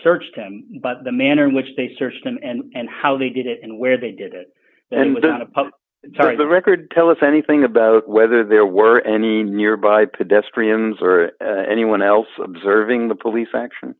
searched him but the manner in which they searched him and how they did it and where they did it and without a public terry the record tell us anything about whether there were any nearby pedestrians or anyone else observing the police action